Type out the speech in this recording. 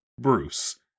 Bruce